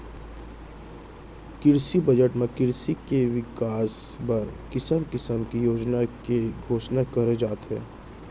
किरसी बजट म किरसी के बिकास बर किसम किसम के योजना के घोसना करे जाथे